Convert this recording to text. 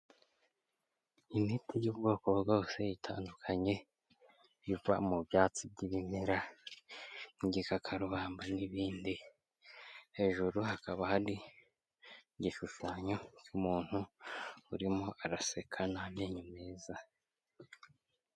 Imiti y'ubwoko bwose itandukanye iva mu byatsi by'ibimera nk'igikakarubamba n'ibindi, hejuru hakaba hari igishushanyo cy'umuntu urimo araseka n'amenyo meza.